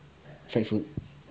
fried food